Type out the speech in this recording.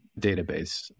database